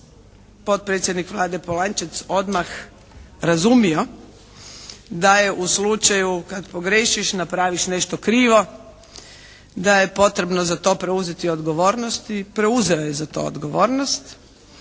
potpredsjednik Vlade Polančec odmah razumio, da je u slučaju kad pogriješiš napraviš nešto krivo da je potrebno za to preuzeti odgovornost i preuzeo je za to odgovornost